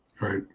right